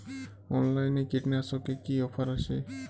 অনলাইনে কীটনাশকে কি অফার আছে?